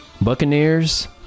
Buccaneers